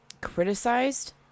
criticized